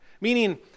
meaning